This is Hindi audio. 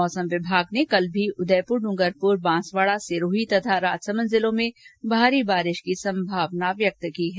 मौसम विभाग ने कल भी उदयपुर डूंगरपुर बांसवाड़ा सिरोही तथा राजसमंद जिलों में भारी वर्षा की संभावना व्यक्त की है